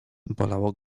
bolało